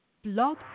Blog